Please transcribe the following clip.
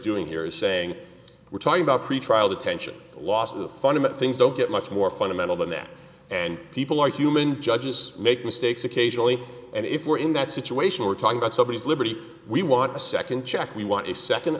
doing here is saying we're talking about pretrial detention last the fundamental things don't get much more fundamental than that and people are human judges make mistakes occasionally and if we're in that situation we're talking about somebody liberty we want to second check we want a second